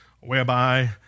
whereby